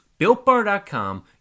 BuiltBar.com